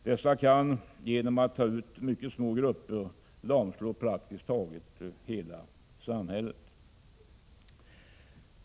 Dessa kan genom att ta ut mycket små grupper lamslå praktiskt taget hela samhället.